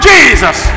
Jesus